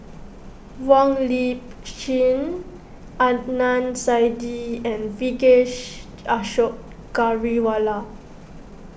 Wong Lip Chin Adnan Saidi and Vijesh Ashok Ghariwala